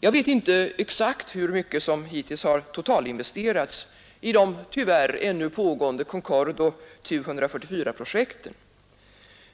Jag vet icke exakt hur mycket som hittills totalt investerats i de tyvärr ännu pågående Concordeoch Tupolev 144-projekten.